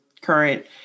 current